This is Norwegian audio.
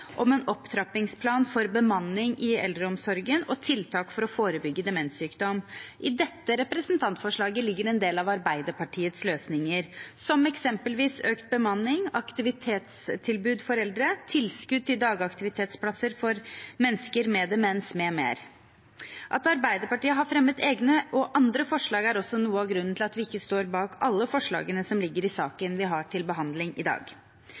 om en opptrappingsplan for bemanning i eldreomsorgen og tiltak for å forebygge demenssykdom. I dette representantforslaget ligger en del av Arbeiderpartiets løsninger, som eksempelvis økt bemanning, aktivitetstilbud for eldre, tilskudd til dagaktivitetsplasser for mennesker med demens, med mer. At Arbeiderpartiet har fremmet egne og andre forslag, er også noe av grunnen til at vi ikke står bak alle forslagene som ligger i saken vi har til behandling i dag.